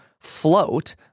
float